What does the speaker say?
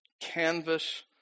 canvas